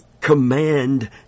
command